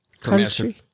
country